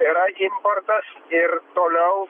yra importas ir toliau